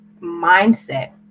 mindset